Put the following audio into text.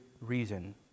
reason